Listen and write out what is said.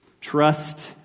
Trust